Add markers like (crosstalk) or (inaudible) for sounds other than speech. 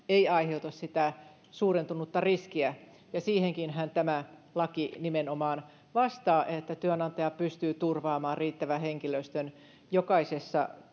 (unintelligible) ei aiheuta sitä suurentunutta riskiä siihenkinhän tämä laki nimenomaan vastaa että työnantaja pystyy turvaamaan riittävän henkilöstön jokaisessa (unintelligible)